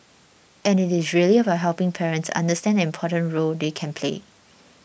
and it is really about helping parents understand the important role they can play